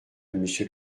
monsieur